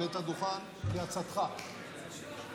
אורי מקלב בעניין הצעת חוק לתיקון פקודת התעבורה כפי שהועברה